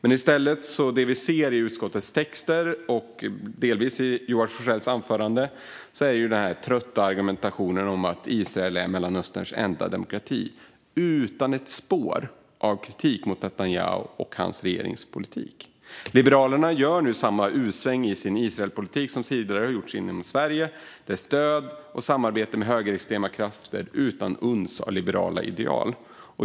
I stället ser vi i utskottets texter och delvis i Joar Forssells anförande den trötta argumentationen om att Israel är Mellanösterns enda demokrati, utan ett spår av kritik mot Netanyahu och hans regerings politik. Liberalerna gör nu samma U-sväng i sin Israelpolitik som tidigare har gjorts i Sverige genom stöd och samarbete med högerextrema krafter utan ett uns av liberala ideal.